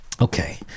Okay